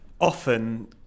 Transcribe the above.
often